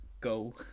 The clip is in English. go